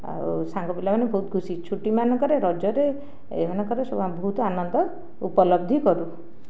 ଆଉ ସାଙ୍ଗ ପିଲାମାନେ ବହୁତ ଖୁସି ଛୁଟିମାନଙ୍କରେ ରଜରେଏହି ମାନଙ୍କରେ ସବୁ ଆମେ ବହୁତ ଆନନ୍ଦ ଉପଲବ୍ଧି କରୁ